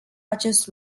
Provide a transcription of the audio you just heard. acest